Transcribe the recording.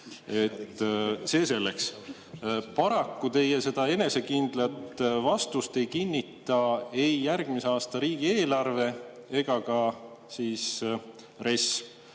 See selleks. Paraku teie enesekindlat vastust ei kinnita ei järgmise aasta riigieelarve ega ka RES, kus